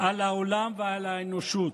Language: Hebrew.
על העולם ועל האנושות.